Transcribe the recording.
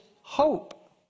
hope